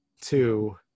Two